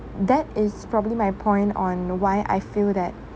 that is probably my point on why I feel that